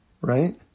Right